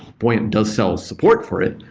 buoyant does sell support for it,